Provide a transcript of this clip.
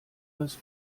das